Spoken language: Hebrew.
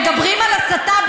מדברים על הסתה?